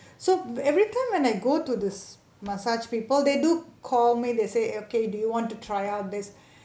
so every time when I go to this massage people they do call me they say eh okay do you want to try out this